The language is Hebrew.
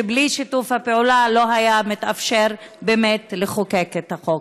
שבלי שיתוף הפעולה לא היה מתאפשר באמת לחוקק את החוק.